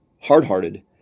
hard-hearted